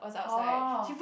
oh